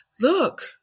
Look